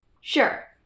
Sure